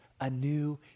anew